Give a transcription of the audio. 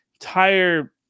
entire